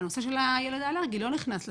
הנושא של הילד האלרגי לא נכנס לתקנות.